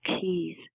Keys